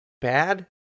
bad